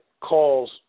calls